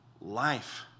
life